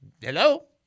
Hello